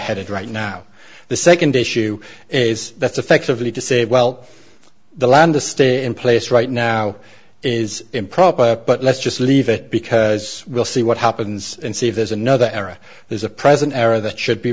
headed right now the second issue is that's effectively to say well the land to stay in place right now is improper but let's just leave it because we'll see what happens and see if there's another area there's a present error that should be